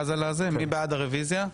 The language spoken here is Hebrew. מי בעד הרוויזיה?